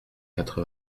quatre